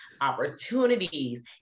opportunities